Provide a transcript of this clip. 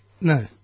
No